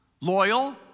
loyal